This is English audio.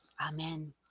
Amen